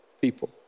people